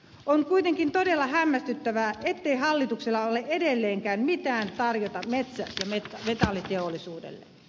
on kuitenkin todella hämmästyttävää ettei hallituksella ole edelleenkään tarjota mitään metsä ja metalliteollisuudelle